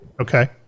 Okay